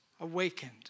awakened